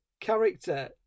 character